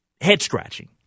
head-scratching